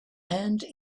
and